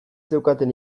zeukaten